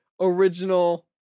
original